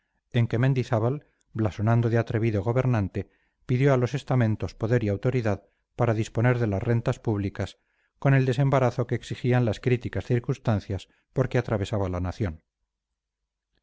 en que mendizábal blasonando de atrevido gobernante pidió a los estamentos poder y autoridad para disponer de las rentas públicas con el desembarazo que exigían las críticas circunstancias por que atravesaba la nación